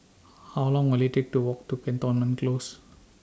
How Long Will IT Take to Walk to Cantonment Close